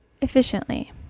efficiently